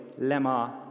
lemma